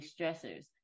stressors